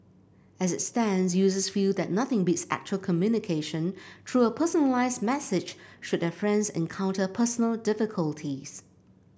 as it stands users feel that nothing beats actual communication through a personalised message should their friends encounter personal difficulties